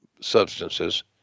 substances